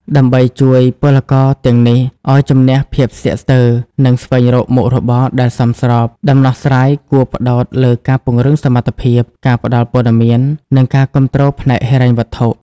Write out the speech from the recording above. ដើម្បីជួយពលករទាំងនេះឱ្យជំនះភាពស្ទាក់ស្ទើរ និងស្វែងរកមុខរបរដែលសមស្រប ដំណោះស្រាយគួរផ្តោតលើការពង្រឹងសមត្ថភាព ការផ្តល់ព័ត៌មាន និងការគាំទ្រផ្នែកហិរញ្ញវត្ថុ។